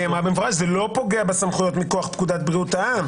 אמרה במפורש שזה לא פוגע בסמכויות מכוח פקודת בריאות העם.